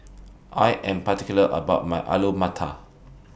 I Am particular about My Alu Matar